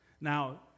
Now